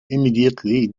immediately